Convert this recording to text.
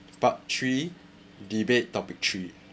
part three debate topic three